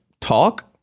talk